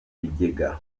bigega